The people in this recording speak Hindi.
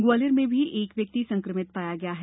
ग्वालियर में भी एक व्यक्ति संक्रमित पाया गया है